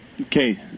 Okay